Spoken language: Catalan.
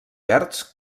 verds